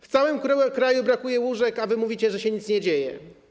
W całym kraju brakuje łóżek, a wy mówicie, że się nic nie dzieje.